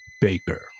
Baker